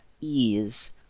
ease